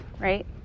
right